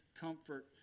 comfort